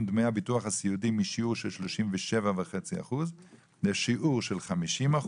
דמי הביטוח הסיעודי משיעור של 37.5% לשיעור של 50%,